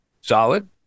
Solid